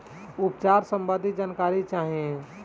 उपचार सबंधी जानकारी चाही?